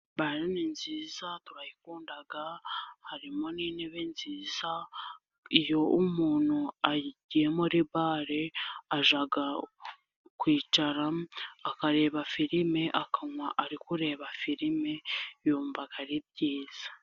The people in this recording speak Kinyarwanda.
Bare ni nziza turayikunda, harimo n'intebe nziza. Iyo umuntu ayige muri bare, ajya kwicara, akareba filime, akanywa ari kureba filime, yumva ari byiza.